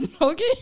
Okay